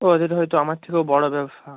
ওদের হয়তো আমার থেকেও বড়ো ব্যবসা